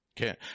Okay